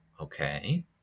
Okay